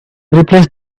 replace